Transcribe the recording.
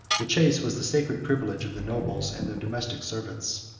the chase was the sacred privilege of the nobles and their domestic servants.